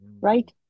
Right